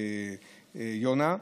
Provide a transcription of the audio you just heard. גברת יונה,